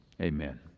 Amen